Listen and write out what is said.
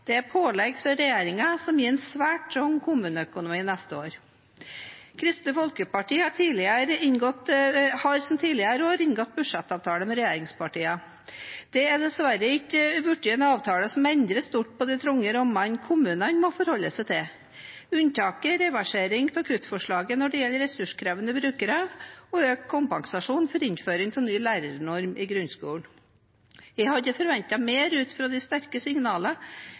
dette er pålegg fra regjeringen som gir en svært trang kommuneøkonomi neste år. Kristelig Folkeparti har som i tidligere år inngått budsjettavtale med regjeringspartiene. Det er dessverre ikke blitt en avtale som endrer stort på de trange rammene kommunene må forholde seg til. Unntaket er reversering av kuttforslaget når det gjelder ressurskrevende brukere, og økt kompensasjon for innføring av ny lærernorm i grunnskolen. Jeg hadde forventet mer – ut fra de sterke signalene